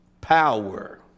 power